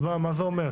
מה זה אומר?